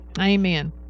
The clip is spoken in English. Amen